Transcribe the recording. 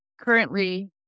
Currently